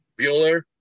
Bueller